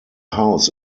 house